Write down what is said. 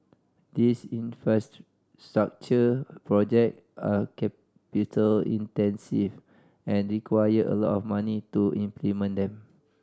these infrastructure project are capital intensive and require a lot of money to implement them